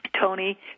Tony